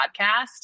podcast